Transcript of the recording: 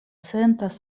sentas